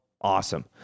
Awesome